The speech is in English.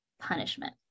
punishment